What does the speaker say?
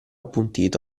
appuntito